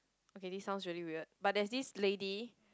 okay this sounds really weird but there is this lady